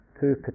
two